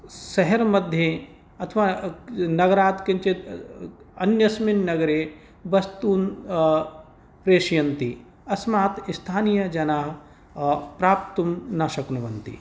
स्सेहेर् मध्ये अथवा नगरात् किञ्चित् अन्यस्मिन् नगरे वस्तूनि प्रेषयन्ति अस्मात् स्थानीयजनाः प्राप्तुं न शक्नुवन्ति